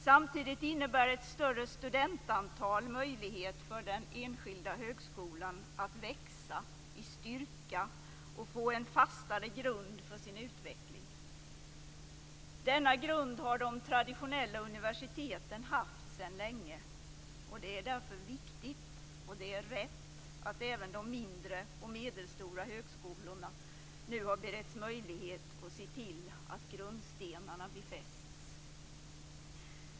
Samtidigt innebär ett större studentantal möjlighet för den enskilda högskolan att växa i styrka och få en fastare grund för sin utveckling. Denna grund har de traditionella universiteten haft sedan länge, och det är därför viktigt och rätt att även de mindre och medelstora högskolorna nu har beretts möjlighet att se till att grundstenarna befästs.